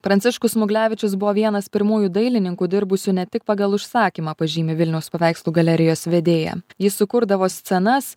pranciškus smuglevičius buvo vienas pirmųjų dailininkų dirbusių ne tik pagal užsakymą pažymi vilniaus paveikslų galerijos vedėja ji sukurdavo scenas